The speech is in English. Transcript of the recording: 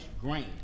grain